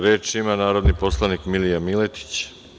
Reč ima narodni poslanik Milija Miletić.